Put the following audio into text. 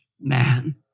man